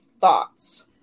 thoughts